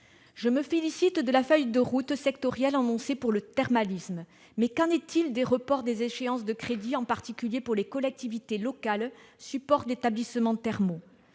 Je me félicite de la feuille de route sectorielle annoncée pour le thermalisme ; mais qu'en est-il du report des échéances de crédit, en particulier pour les collectivités territoriales supports d'établissements thermaux ?